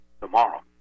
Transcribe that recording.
tomorrow